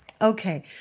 okay